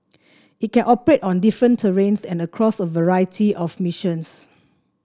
it can operate on different terrains and across a variety of missions